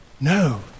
no